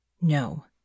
No